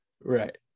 Right